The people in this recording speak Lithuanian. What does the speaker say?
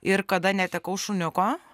ir kada netekau šuniuko